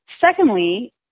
Secondly